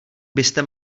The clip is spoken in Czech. byste